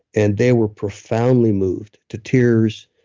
and they were profoundly moved to tears.